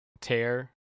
tear